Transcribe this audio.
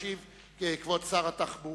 הראשונה ישיב כבוד שר התחבורה,